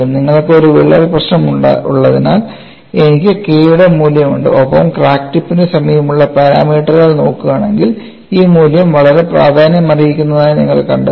നിങ്ങൾക്ക് ഒരു വിള്ളൽ പ്രശ്നമുള്ളതിനാൽ എനിക്ക് K യുടെ മൂല്യമുണ്ട് ഒപ്പം ക്രാക്ക് ടിപ്പിന് സമീപമുള്ള പാരാമീറ്ററുകൾ നോക്കുകയാണെങ്കിൽ ഈ മൂല്യം വളരെ പ്രാധാന്യമർഹിക്കുന്നതായി നിങ്ങൾ കണ്ടെത്തും